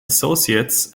associates